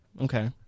okay